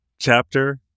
Chapter